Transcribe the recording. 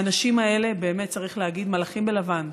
האנשים האלה, באמת צריך להגיד, הם מלאכים בלבן.